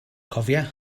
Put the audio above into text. cofia